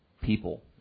people